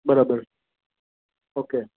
બરાબર ઓકે